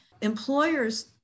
Employers